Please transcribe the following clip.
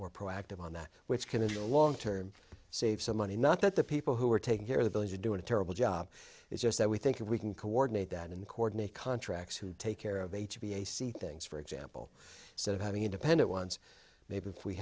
more proactive on that which can in the long term save some money not that the people who are taking care of those are doing a terrible job it's just that we think if we can coordinate that in the coordinate contracts who take care of h b a seethings for example sort of having independent ones maybe if we